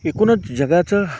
एकूणच जगाचं